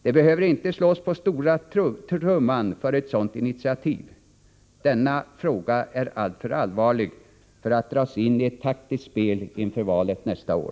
Det behöver inte slås på stora trumman för ett sådant initiativ — denna fråga är alltför allvarlig för att dras in i ett taktiskt spel inför valet nästa år.